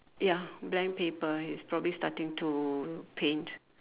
ya blank paper he's probably starting to paint